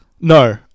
No